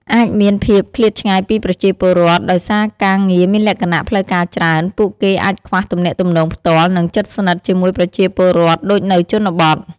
អាចមានភាពឃ្លាតឆ្ងាយពីប្រជាពលរដ្ឋ ដោយសារការងារមានលក្ខណៈផ្លូវការច្រើន ពួកគេអាចខ្វះ ទំនាក់ទំនងផ្ទាល់ និងជិតស្និទ្ធ ជាមួយប្រជាពលរដ្ឋដូចនៅជនបទ។